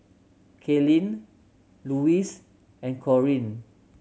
Kalyn Louise and Corene